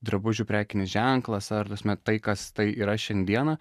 drabužių prekinis ženklas ar ta prasme tai kas tai yra šiandieną